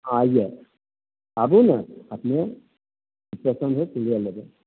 आइये आबू ने अपने जे पसन्द होएत लए लेबै